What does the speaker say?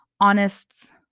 honest